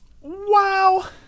Wow